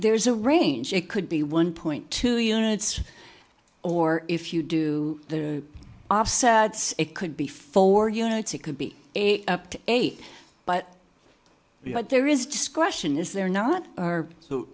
there's a range it could be one point two units or if you do the offsets it could be four units it could be up to eight but there is discretion is there not are